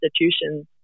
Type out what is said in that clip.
institutions